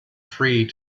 free